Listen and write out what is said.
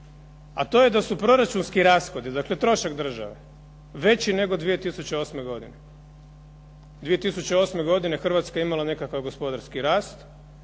A to je da su proračunski rashodi, dakle trošak države, veći nego 2008. godine. 2008. godine Hrvatska je imala nekakav gospodarski rast,